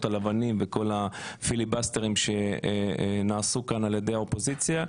הלבנים וכל הפיליבסטרים שנעשו כאן על-ידי האופוזיציה.